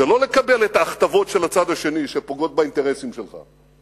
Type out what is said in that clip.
זה לא לקבל את ההכתבות של הצד השני שפוגעות באינטרסים שלך,